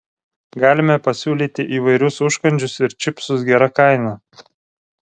galime pasiūlyti įvairius užkandžius ir čipsus gera kaina